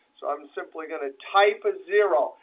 so i'm simply going to type a zero,